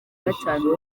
gatanu